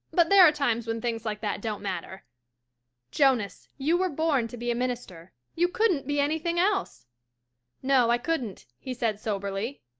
but there are times when things like that don't matter jonas, you were born to be a minister. you couldn't be anything else no, i couldn't he said soberly.